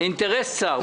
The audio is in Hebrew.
אינטרס צר.